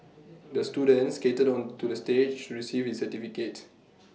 the student skated onto the stage to receive his certificate